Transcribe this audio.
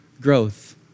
growth